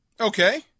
Okay